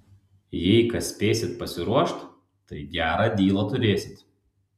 jei kas spėsit pasiruošt tai gerą dylą turėsit